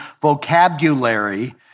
vocabulary